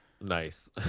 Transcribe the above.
Nice